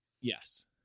Yes